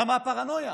למה הפרנויה.